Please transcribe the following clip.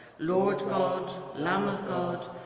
lord god, lamb of god,